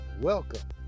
welcome